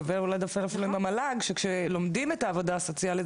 שווה אולי דווקא לפעול עם המל"ג שכשלומדים את העבודה סוציאלית,